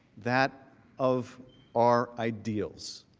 that of our ideals.